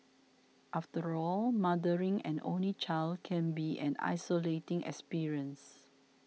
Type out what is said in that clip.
after all mothering an only child can be an isolating experience